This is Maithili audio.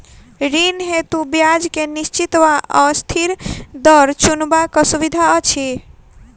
ऋण हेतु ब्याज केँ निश्चित वा अस्थिर दर चुनबाक सुविधा अछि